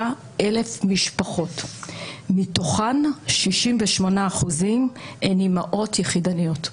עצמאי, מתוכן, 68 אחוזים הן אימהות יחידניות.